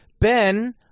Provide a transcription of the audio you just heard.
Ben